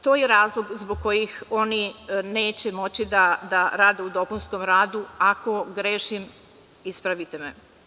To je razlog zbog kojih oni neće moći da rade u dopunskom radu, ako grešim, ispravite me.